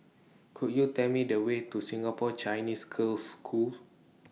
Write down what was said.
Could YOU Tell Me The Way to Singapore Chinese Girls' School